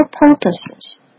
purposes